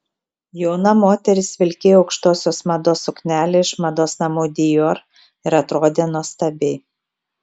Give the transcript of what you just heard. jauna moteris vilkėjo aukštosios mados suknelę iš mados namų dior ir atrodė nuostabiai